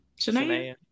Shania